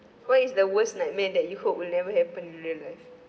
what is the worst nightmare that you hope will never happen in real-life